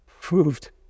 proved